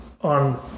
on